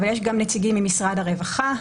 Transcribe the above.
אבל יש גם נציגים ממשרד הרווחה,